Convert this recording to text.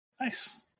Nice